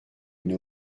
une